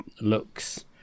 looks